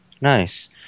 Nice